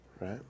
right